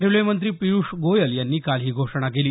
railway मंत्री पियुष गोयल यांनी काल ही घोषणा केली